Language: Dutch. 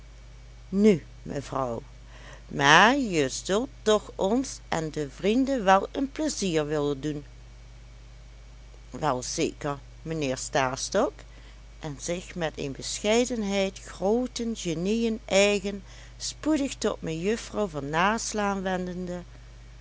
nu mevrouw maar je zult toch ons en de vrienden wel een plezier willen doen wel zeker mijnheer stastok en zich met een bescheidenheid grooten genieën eigen spoedig tot mejuffrouw van naslaan wendende